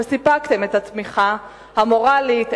שסיפקתם את התמיכה המורלית,